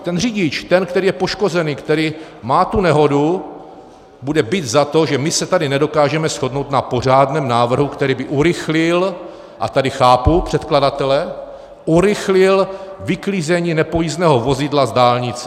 Ten řidič, ten, který je poškozený, který má tu nehodu, bude bit za to, že my se tady nedokážeme shodnout na pořádném návrhu, který by urychlil a tady chápu předkladatele vyklízení nepojízdného vozidla z dálnice.